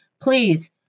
Please